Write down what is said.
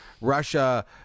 Russia